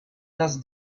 does